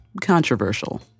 controversial